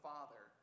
Father